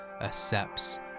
accepts